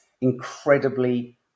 incredibly